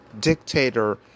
dictator